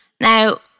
Now